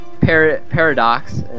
Paradox